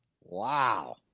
Wow